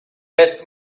best